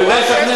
הוא יודע לשכנע.